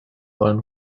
wollen